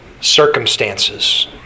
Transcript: circumstances